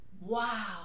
wow